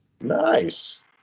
Nice